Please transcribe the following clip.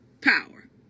power